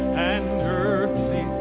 and earthly